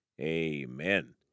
Amen